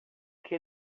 que